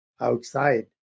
outside